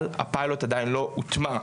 אבל הפיילוט עדיין לא הוטמע.